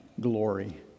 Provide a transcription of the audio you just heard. glory